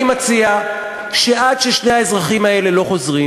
אני מציע שעד ששני האזרחים האלה לא חוזרים,